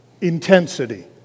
intensity